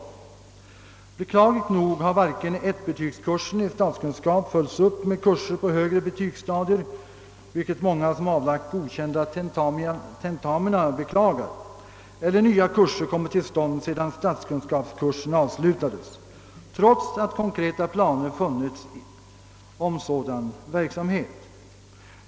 Beklagligt nog har dock varken ettbetygskursen i statskunskap följts upp med kurser på högre betygsstadier — vilket många som avlagt godkända tentamina beklagar — eller nya kurser kommit till stånd sedan statskunskapskursen avslutades, trots att konkreta planer funnits för sådan verksamhet.